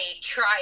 try